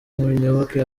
muyoboke